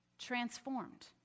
Transformed